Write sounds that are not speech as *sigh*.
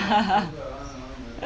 *laughs*